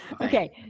Okay